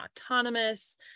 autonomous